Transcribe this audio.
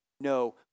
No